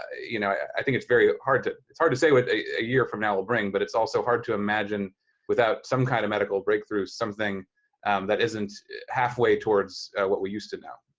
you know, i think it's very hard to, it's hard to say what a year from now will bring, but it's also hard to imagine without some kind of medical breakthrough, something that isn't halfway towards what we used to know.